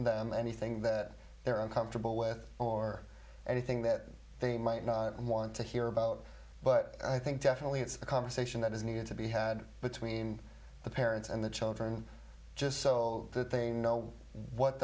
them anything that they're uncomfortable with or anything that they might not want to hear about but i think definitely it's a conversation that is needed to be had between the parents and the children just so that they know what